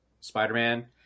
Spider-Man